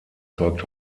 zeugt